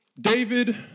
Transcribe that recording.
David